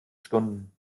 stunden